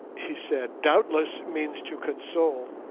he said, doubtless means to console,